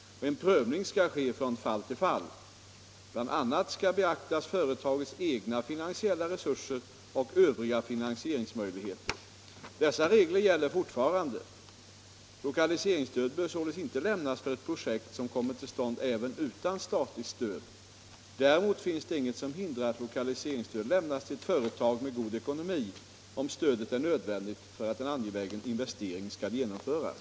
En prövning skall ske från fall till fall. Bl. a. skall beaktas företagets egna finansiella resurser och övriga finansieringsmöjligheter. Dessa regler gäller fortfarande. Lokaliseringsstöd bör således inte lämnas för ett projekt som kommer till stånd även utan statligt stöd. Däremot finns det inget som hindrar att lokaliseringsstöd lämnas till ett företag med god ekonomi om stödet är nödvändigt för att en angelägen investering skall genomföras.